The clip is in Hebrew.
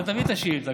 אבל תביא את השאילתה,